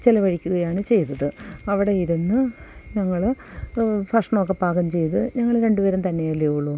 ചെലവഴിക്കുകയാണ് ചെയ്തത് അവിടെ ഇരുന്ന് ഞങ്ങള് ഭക്ഷണമൊക്കെ പാകം ചെയ്ത് ഞങ്ങള് രണ്ട് പേരും തന്നെയല്ലെ ഉള്ളു